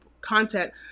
content